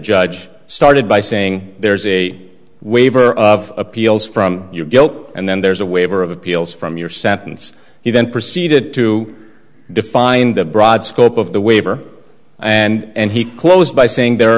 judge started by saying there's a waiver of appeals from your guilt and then there's a waiver of appeals from your sentence he then proceeded to define the broad scope of the waiver and he closed by saying there are